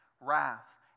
wrath